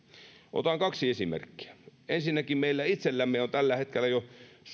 otan kaksi esimerkkiä ensinnäkin meillä itsellämme on tällä hetkellä jo